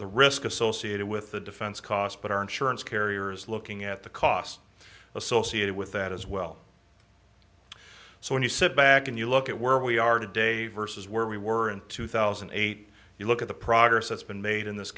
risk associated with the defense cost but our insurance carriers looking at the costs associated with that as well so when you sit back and you look at where we are today versus where we were in two thousand and eight you look at the progress that's been made in this